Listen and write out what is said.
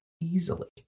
easily